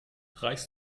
reichst